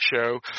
show